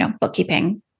bookkeeping